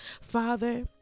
father